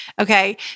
okay